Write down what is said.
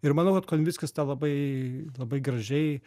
ir manau kad konvickis tą labai labai gražiai